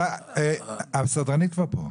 דבר אליי, הסדרנית כבר פה.